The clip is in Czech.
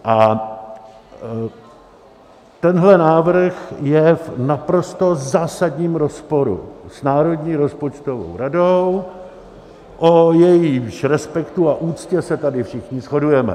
A tenhle návrh je v naprosto zásadním rozporu s Národní rozpočtovou radou, o jejímž respektu a úctě se tady všichni shodujeme.